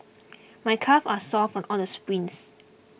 my calves are sore from all the sprints